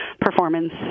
performance